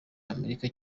amerika